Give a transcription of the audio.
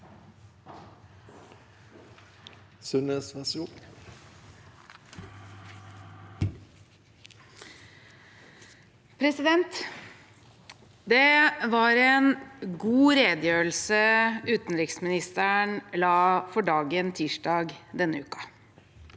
Det var en god redegjørelse utenriksministeren la for dagen tirsdag denne uken.